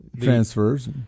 transfers